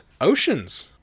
oceans